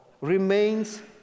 remains